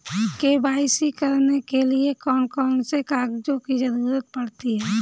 KYC करने के लिए कौन कौन से कागजों की जरूरत होती है?